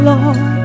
Lord